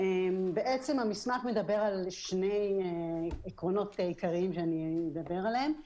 המסמך מדבר על שני עקרונות עיקריים אני אדבר עליהם.